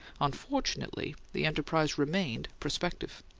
unfortunately, the enterprise remained prospective.